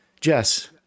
Jess